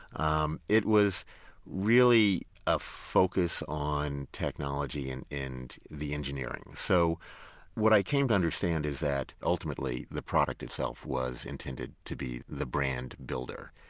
um it was really a focus on technology and the engineering. so what i came to understand is that ultimately the product itself was intended to be the brand builder.